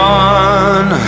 one